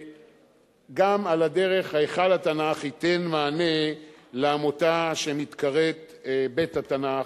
גם על הדרך היכל התנ"ך ייתן מענה לעמותה שמתקראת "בית התנ"ך",